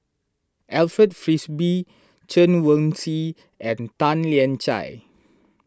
Alfred Frisby Chen Wen Hsi and Tan Lian Chye